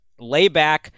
layback